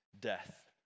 death